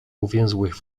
uwięzłych